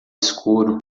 escuro